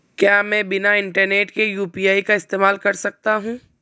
क्या मैं बिना इंटरनेट के यू.पी.आई का इस्तेमाल कर सकता हूं?